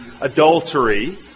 adultery